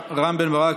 רם בן ברק,